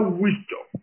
wisdom